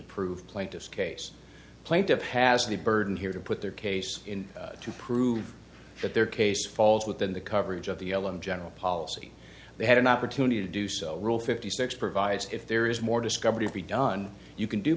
to prove plaintiff's case plenty of has the burden here to put their case in to prove that their case falls within the coverage of the elem general policy they had an opportunity to do so rule fifty six provides if there is more discovery be done you can do